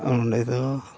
ᱚᱸᱰᱮ ᱫᱚ